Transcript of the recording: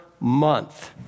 month